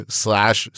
slash